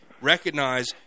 recognize